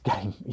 game